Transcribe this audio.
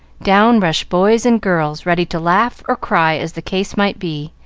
down rushed boys and girls ready to laugh or cry, as the case might be,